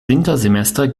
wintersemester